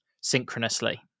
synchronously